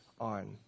on